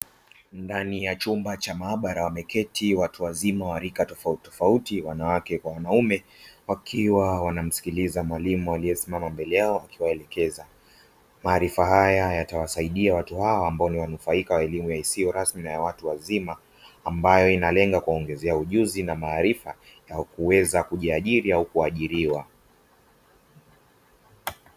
Ndani ya chuma cha maabara wameketi watu wazima wa rika tofautitofauti, wanawake kwa wanaume, wakiwa wanamsikiliza mwalimu akiwa mbele yao akiwaelekeza. Maarifa haya yatawasaidia watu hawa wanufaika haya ambao ni wa elimu isio rasmi na ya watu wazima, ambayo inalenga kuwaongezea ujuzi na maarifa na kuweza kujiajiri au kuajiriwa.